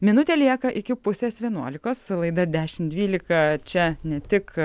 minutė lieka iki pusės vienuolikos laida dešimt dvylika čia ne tik